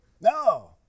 No